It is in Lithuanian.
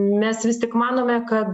mes vis tik manome kad